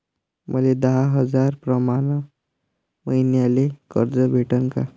मले दहा हजार प्रमाण मईन्याले कर्ज भेटन का?